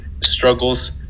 struggles